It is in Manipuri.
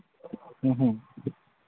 ꯎꯝ ꯎꯝ